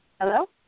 Hello